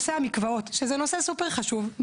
נושא המקוואות שזה נושא סופר חשוב,